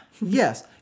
Yes